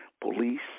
police